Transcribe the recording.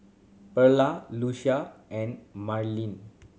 Perla Lucie and Mallorie